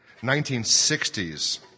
1960s